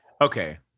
Okay